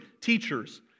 teachers